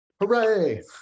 Hooray